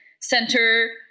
center